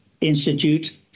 institute